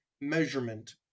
measurement